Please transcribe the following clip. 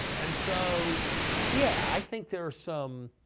and so yeah, i think there are some